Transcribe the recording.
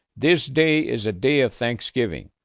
this day is a day of thanksgiving.